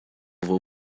vou